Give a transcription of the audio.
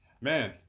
Man